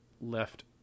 left